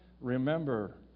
Remember